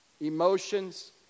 Emotions